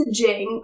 messaging